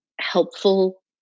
helpful